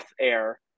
air